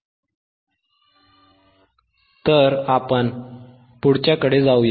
तर आपण पुढच्याकडे जाऊया